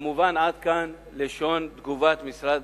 עד כאן לשון תגובת משרד